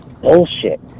bullshit